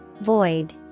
Void